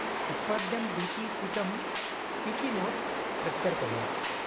उत्पाद्यं डी पी पीतं स्टिकि नोट्स् प्रत्यर्पय